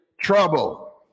trouble